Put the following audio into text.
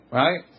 right